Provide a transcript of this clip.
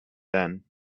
then